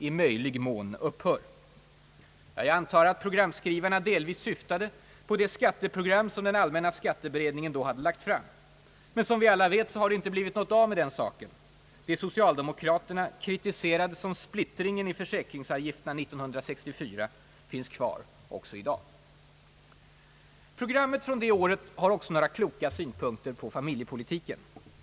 i möjlig mån upphör.» Jag antar att programskrivarna delvis syftade på det skatteprogram som allmänna skatteberedningen då hade lagt fram. Men som vi alla vet har det inte blivit något av med den saken. Det socialde mokraterna kritiserade som »splittringen» i försäkringsavgifterna 1964 finns kvar också i dag. Programmet från det året har också några kloka synpunkter på familjepolitiken.